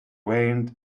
rained